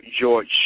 George